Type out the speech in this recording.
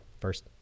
first